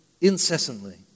incessantly